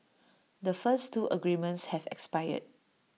the first two agreements have expired